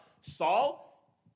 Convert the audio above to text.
Saul